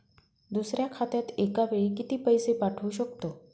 दुसऱ्या खात्यात एका वेळी किती पैसे पाठवू शकतो?